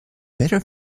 better